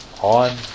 on